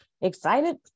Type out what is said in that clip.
Excited